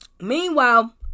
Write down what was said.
Meanwhile